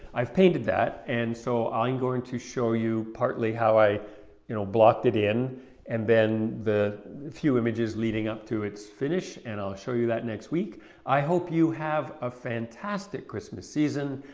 i've painted that and so i'm going to show you partly how i you know blocked it in and then the few images leading up to its finish and i'll show you that next week i hope you have a fantastic christmas season,